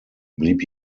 blieb